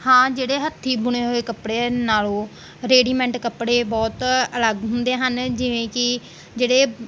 ਹਾਂ ਜਿਹੜੇ ਹੱਥੀਂ ਬੁਣੇ ਹੋਏ ਕੱਪੜੇ ਨਾਲੋਂ ਰੇਡੀਮੈਂਟ ਕੱਪੜੇ ਬਹੁਤ ਅਲੱਗ ਹੁੰਦੇ ਹਨ ਜਿਵੇਂ ਕਿ ਜਿਹੜੇ